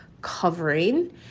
covering